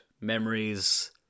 memories